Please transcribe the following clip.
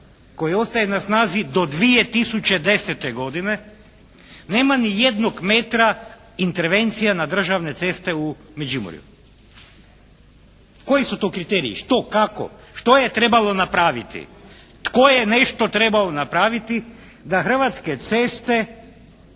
koji ostaje na snazi do 2010. godine, nema ni jednog metra intervencije na državne ceste u Međimurju. Koji su to kriteriji? Što? Kako? Što je trebalo napraviti? Tko je nešto trebao napraviti da hrvatske ceste